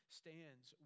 stands